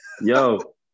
yo